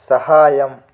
సహాయం